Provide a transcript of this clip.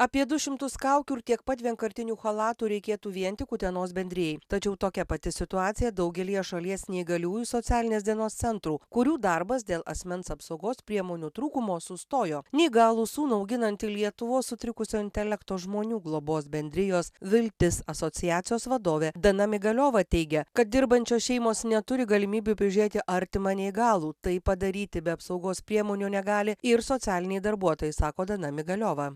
apie du šimtus kaukių ir tiek pat vienkartinių chalatų reikėtų vien tik utenos bendrijai tačiau tokia pati situacija daugelyje šalies neįgaliųjų socialinės dienos centrų kurių darbas dėl asmens apsaugos priemonių trūkumo sustojo neįgalų sūnų auginanti lietuvos sutrikusio intelekto žmonių globos bendrijos viltis asociacijos vadovė dana migaliova teigia kad dirbančios šeimos neturi galimybių prižiūrėti artimą neįgalų tai padaryti be apsaugos priemonių negali ir socialiniai darbuotojai sako dana migaliova